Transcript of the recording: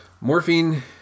morphine